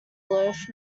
loaf